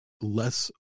less